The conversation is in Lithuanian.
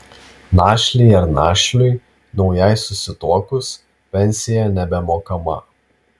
našlei ar našliui naujai susituokus pensija nebemokama